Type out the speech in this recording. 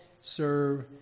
serve